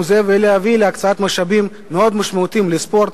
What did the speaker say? זה ולהביא להקצאת משאבים מאוד משמעותיים לספורט.